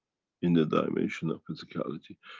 in the dimension of physicality.